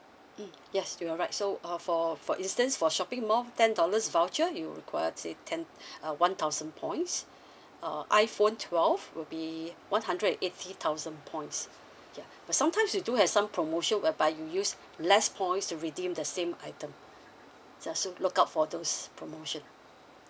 mm yes you are right so uh for for instance for shopping mall ten dollars voucher you would require say ten uh one thousand points uh iphone twelve will be one hundred and eighty thousand points ya but sometimes we do have some promotion whereby you use less points to redeem the same item just to look out for those promotion